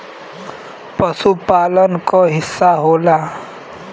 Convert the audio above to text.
पसुपालन क हिस्सा होला